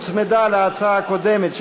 שהוצמדה להצעה הקודמת,